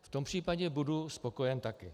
V tom případě budu spokojen také.